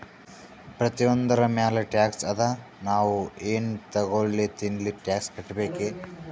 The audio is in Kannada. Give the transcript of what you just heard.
ಪ್ರತಿಯೊಂದ್ರ ಮ್ಯಾಲ ಟ್ಯಾಕ್ಸ್ ಅದಾ, ನಾವ್ ಎನ್ ತಗೊಲ್ಲಿ ತಿನ್ಲಿ ಟ್ಯಾಕ್ಸ್ ಕಟ್ಬೇಕೆ